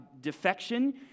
defection